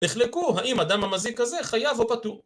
נחלקו האם אדם המזיק הזה חייב או פטור